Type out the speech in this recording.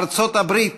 ארצות הברית